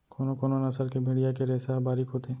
कोनो कोनो नसल के भेड़िया के रेसा ह बारीक होथे